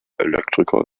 elektriker